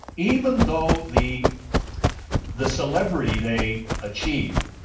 even though the the celebrity they achieved,